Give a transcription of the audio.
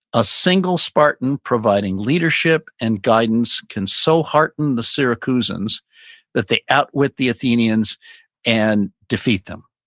a single spartan providing leadership and guidance can so heartened the syracuse and that they outwit the athenians and defeat them.